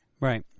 Right